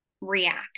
react